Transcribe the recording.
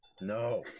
No